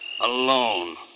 Alone